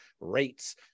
rates